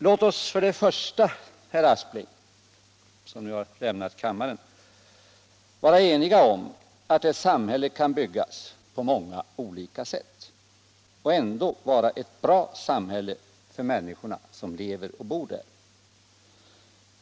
Låt oss till att börja med, herr Aspling — jag riktar mig till herr Aspling, även om han nu har lämnat kammaren — vara eniga om att ett samhälle kan byggas på många olika sätt och ändå vara ett bra samhälle för människorna som lever och bor där.